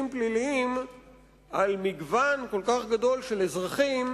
פליליים על מגוון כל כך גדול של אזרחים,